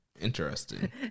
interesting